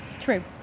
True